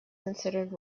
considered